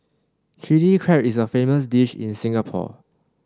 Chilli Crab is a famous dish in Singapore